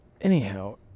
Anyhow